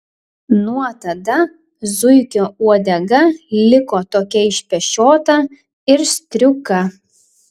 nuo tada zuikio uodega liko tokia išpešiota ir striuka